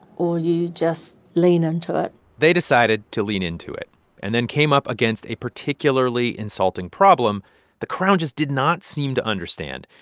or you just lean into it they decided to lean into it and then came up against a particularly insulting problem the crown just did not seem to understand.